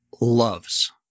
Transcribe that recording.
loves